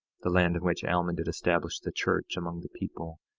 the land in which alma did establish the church among the people,